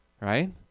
right